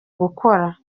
gukora